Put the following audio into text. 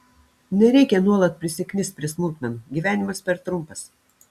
nereikia nuolat prisiknist prie smulkmenų gyvenimas per trumpas